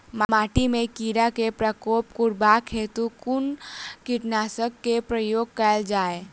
माटि मे कीड़ा केँ प्रकोप रुकबाक हेतु कुन कीटनासक केँ प्रयोग कैल जाय?